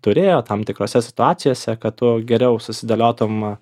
turėjo tam tikrose situacijose kad tu geriau susidėliotum